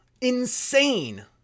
Insane